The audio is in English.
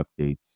updates